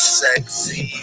sexy